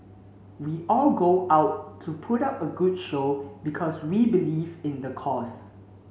we go all out to put up a good show because we believe in the cause